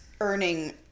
earning